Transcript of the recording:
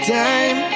time